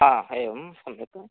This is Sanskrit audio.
एवं सम्यक्